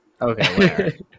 Okay